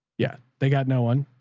yeah, they got no one